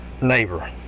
neighbor